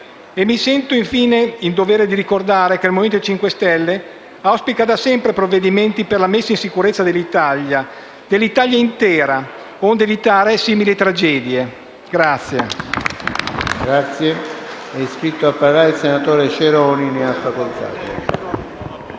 E mi sento, infine, in dovere di ricordare che il Movimento 5 Stelle auspica da sempre provvedimenti per la messa in sicurezza dell'Italia intera, onde evitare simili tragedie. *(Applausi